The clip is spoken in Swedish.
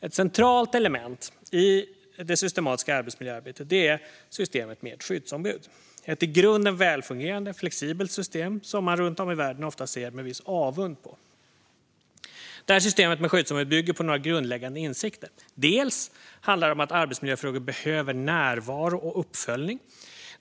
Ett centralt element i det systematiska arbetsmiljöarbetet är systemet med skyddsombud. Det är ett i grunden välfungerande flexibelt system som man runt om i världen ofta ser på med viss avund. Systemet med skyddsombud bygger på några grundläggande insikter. Dels handlar det om att arbetsmiljöfrågor behöver närvaro och uppföljning.